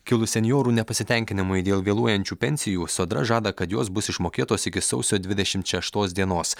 kilus senjorų nepasitenkinimui dėl vėluojančių pensijų sodra žada kad jos bus išmokėtos iki sausio dvidešimt šeštos dienos